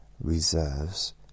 reserves